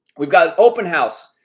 we've got an open house.